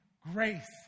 grace